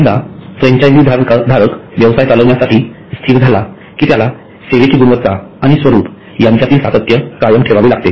एकदा फ्रँचायझी धारक व्यवसाय चालवण्यासाठी स्थिर झाला कि त्याला सेवेची गुणवत्ता आणि स्वरूप यांच्यातील सातत्य कायम ठेवावे लागते